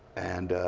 and